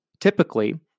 Typically